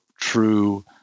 true